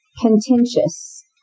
contentious